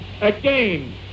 again